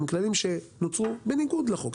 הם כללים שנוצרו בניגוד לחוק.